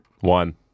One